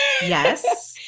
Yes